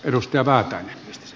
herra puhemies